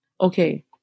Okay